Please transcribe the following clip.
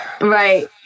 Right